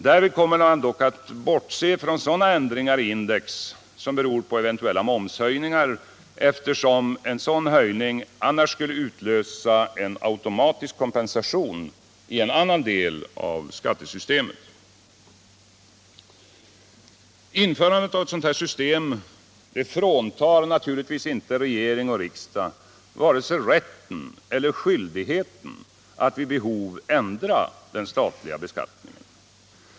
Därvid kommer man dock att bortse från sådana ändringar i index som beror på eventuella momshöjningar, eftersom en sådan höjning annars skulle utlösa en automatisk kompensation i en annan del av skattesystemet. Införandet av ett sådant här system fråntar naturligtvis inte regering och riksdag vare sig rätten eller skyldigheten att vid behov ändra den statliga beskattningen.